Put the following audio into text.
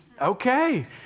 Okay